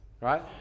right